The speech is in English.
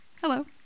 Hello